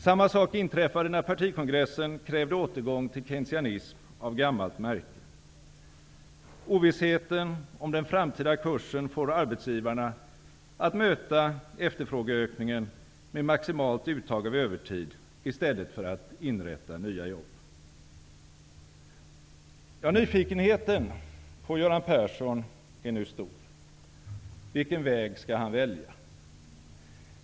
Samma sak inträffade när partikongressen krävde återgång till keynesianism av gammalt märke. Ovissheten om den framtida kursen får arbetsgivarna att möta efterfrågeökningen med maximalt uttag av övertid i stället för att inrätta nya jobb. Nyfikenheten på Göran Persson är nu stor. Vilken väg skall han välja?